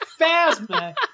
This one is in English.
Phasma